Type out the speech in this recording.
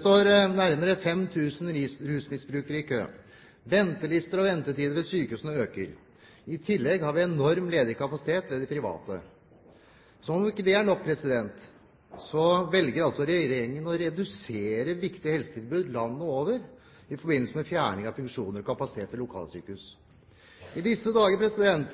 står nærmere 5 000 rusmisbrukere i kø. Ventelister og ventetider ved sykehusene øker. I tillegg har vi en enorm ledig kapasitet ved de private. Som om ikke det er nok, velger altså regjeringen å redusere viktige helsetilbud landet over i forbindelse med fjerning av funksjoner og kapasitet ved lokalsykehus. I disse dager blir